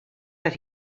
that